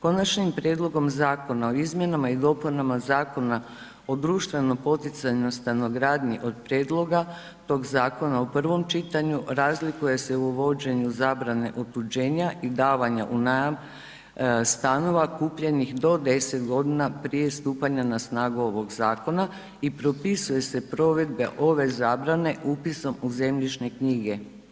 Konačnim prijedlogom Zakona o izmjenama i dopunama Zakona o društveno poticajnoj stanogradnji od prijedloga tog zakona u prvom čitanju razlikuje se o uvođenju zabrane otuđenja i davanja u najam stanova kupljenih do 10 godina prije stupanja na snagu ovog zakona i propisuju se provedbe ove zabrane upisom u zemljišne knjige.